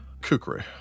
kukri